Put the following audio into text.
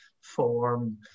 form